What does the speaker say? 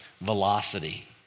velocity